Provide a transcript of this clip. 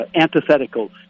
antithetical